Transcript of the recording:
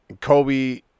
Kobe